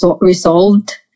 resolved